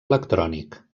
electrònic